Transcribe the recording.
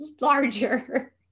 larger